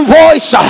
voice